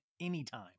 anytime